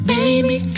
Baby